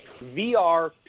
VR